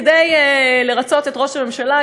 כדי לרצות את ראש הממשלה,